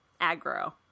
aggro